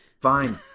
fine